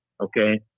okay